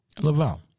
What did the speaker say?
Laval